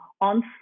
on